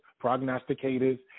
prognosticators